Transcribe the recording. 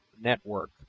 network